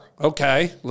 Okay